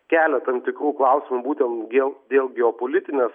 kelia tam tikrų klausimų būtent dėl dėl geopolitinės